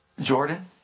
Jordan